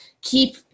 keep